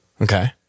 Okay